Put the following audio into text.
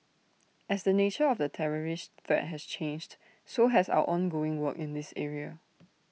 as the nature of the terrorist threat has changed so has our ongoing work in this area